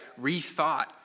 rethought